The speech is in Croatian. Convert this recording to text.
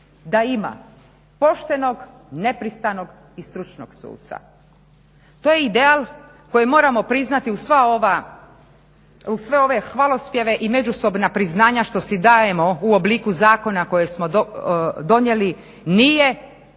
da ima poštenog, nepristranog i stručnog suca. To je ideal koji moramo priznati uz sve ove hvalospjeve i međusobna priznanja što si dajemo u obliku zakona koje smo donijeli, nije još